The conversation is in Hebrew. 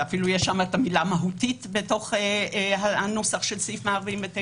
ואפילו יש שם את המילה "מהותית" בתוך הנוסח של הסעיף --- גברתי,